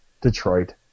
Detroit